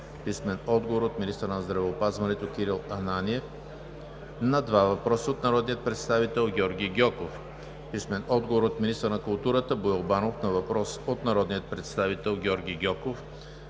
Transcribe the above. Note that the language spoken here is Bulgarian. Вигенин; - министъра на здравеопазването Кирил Ананиев на два въпроса от народния представител Георги Гьоков; - министъра на културата Боил Банов на въпрос от народния представител Георги Гьоков;